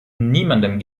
niemandem